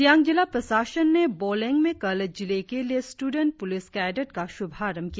सियांग जिला प्रशासन ने बोलेंग में कल जिले के लिए स्टूडेंट पुलिस कैडेट का शुभारंभ किया